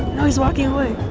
he's walking away.